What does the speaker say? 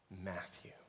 Matthew